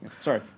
sorry